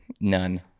None